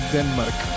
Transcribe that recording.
Denmark